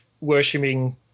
worshipping